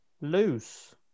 Loose